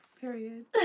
Period